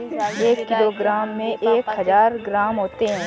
एक किलोग्राम में एक हजार ग्राम होते हैं